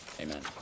Amen